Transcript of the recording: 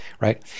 right